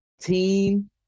team